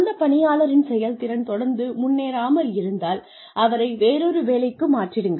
அந்த பணியாளரின் செயல்திறன் தொடர்ந்து முன்னேறாமல் இருந்தால் அவரை வேறொரு வேலைக்கு மாற்றிடுங்கள்